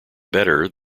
better